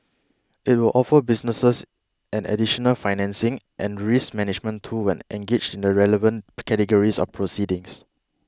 it will offer businesses an additional financing and risk management tool when engaged in the relevant categories of proceedings